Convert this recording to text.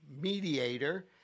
mediator